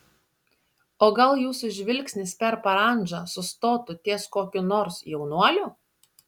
o gal jūsų žvilgsnis per parandžą sustotų ties kokiu nors jaunuoliu